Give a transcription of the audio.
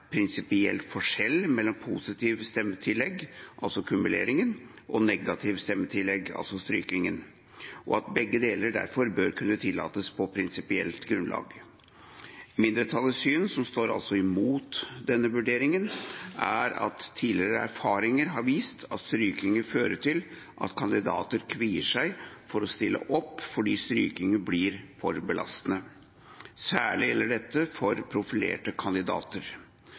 prinsipiell forskjell mellom et positivt stemmetillegg, altså kumulering, og et negativt stemmetillegg, altså strykning, og at begge deler derfor bør kunne tillates på prinsipielt grunnlag. Mindretallets syn, som altså står imot denne vurderingen, er at tidligere erfaringer har vist at strykninger fører til at kandidater kvier seg for å stille opp fordi strykninger blir for belastende. Særlig gjelder dette for profilerte kandidater.